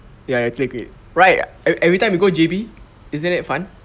ya ya click it right e~ every time we go J_B isn't it fun